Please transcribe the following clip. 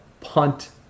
punt